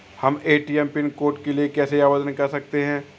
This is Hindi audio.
हम ए.टी.एम पिन कोड के लिए कैसे आवेदन कर सकते हैं?